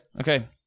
Okay